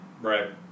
Right